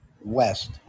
west